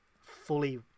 fully